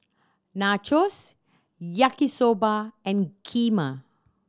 Nachos Yaki Soba and Kheema